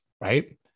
right